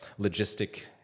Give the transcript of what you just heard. logistic